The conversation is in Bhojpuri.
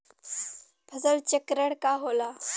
फसल चक्रण का होला?